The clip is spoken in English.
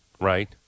right